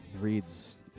reads